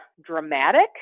dramatic